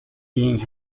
being